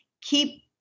keep